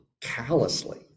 callously